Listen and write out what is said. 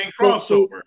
crossover